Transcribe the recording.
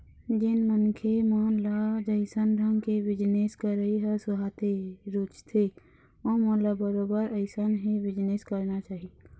जेन मनखे मन ल जइसन ढंग के बिजनेस करई ह सुहाथे, रुचथे ओमन ल बरोबर अइसन ही बिजनेस करना चाही